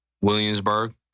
Williamsburg